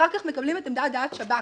אחר כך מקבלים את עמדת דעת שב"כ.